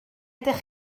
ydych